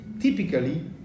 typically